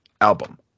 album